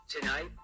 Tonight